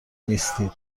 نیستید